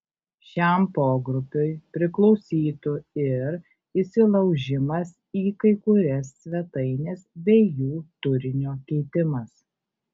šiam pogrupiui priklausytų ir įsilaužimas į kai kurias svetaines bei jų turinio keitimas